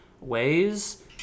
ways